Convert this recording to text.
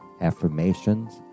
affirmations